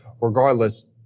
regardless